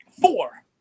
four